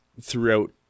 throughout